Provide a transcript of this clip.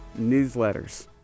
newsletters